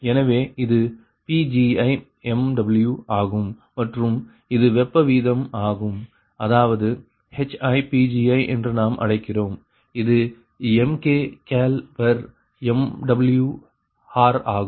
எனவே இது PgiMW ஆகும் மற்றும் இது வெப்ப வீதம் ஆகும் அதாவது HiPgi என்று நாம் அழைக்கிறோம் இது MkCalMWHr ஆகும்